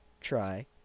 try